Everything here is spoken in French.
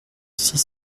six